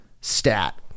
stat